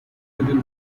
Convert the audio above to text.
within